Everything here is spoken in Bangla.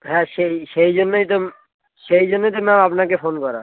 হ্যাঁ সেই সেই জন্যই তো সেই জন্যেই তো ম্যাম আপনাকে ফোন করা